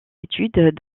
études